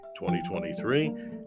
2023